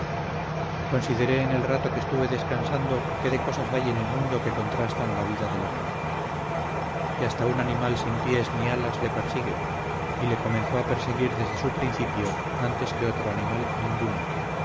en el rato que estuve descansando qué de cosas hay en el mundo que contrastan la vida del hombre que hasta un animal sin pies ni alas le persigue y le comenzó a perseguir desde su principio antes que otro animal ninguno